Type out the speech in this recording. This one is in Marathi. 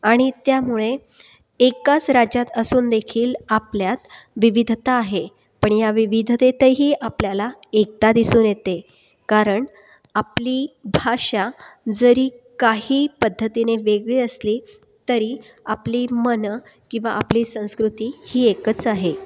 आणी त्यामुळे एकाच राज्यात असून देखील आपल्यात विविधता आहे पण या विविधतेतही आपल्याला एकता दिसून येते कारण आपली भाषा जरी काही पद्धतीने वेगळी असली तरी आपली मनं किंवा आपली संस्कृती ही एकच आहे